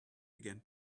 began